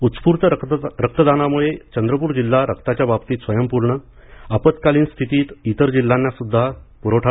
उत्स्फूर्त रक्तदानामुळे चंद्रपूर जिल्हा रक्ताच्या बाबतीत स्वयंपूर्ण आपत्कालीन स्थितीत इतर जिल्ह्यांनासुद्धा पूरवठा